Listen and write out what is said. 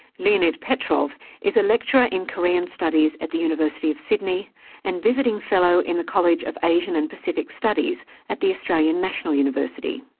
leonid petrov is a lecturer in korean studies at the university of sydney and visiting fellow in the college of asian and pacific studies at the australian national university.